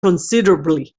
considerably